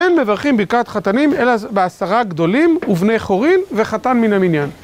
אין מברכים ברכת חתנים אלא בעשרה גדולים ובני חורין וחתן מן המניין